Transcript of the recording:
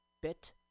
bit